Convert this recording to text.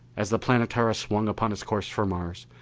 as the planetara swung upon its course for mars,